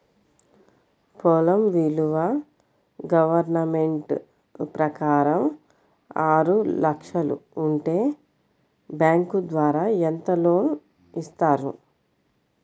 పొలం విలువ గవర్నమెంట్ ప్రకారం ఆరు లక్షలు ఉంటే బ్యాంకు ద్వారా ఎంత లోన్ ఇస్తారు?